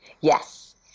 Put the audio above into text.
Yes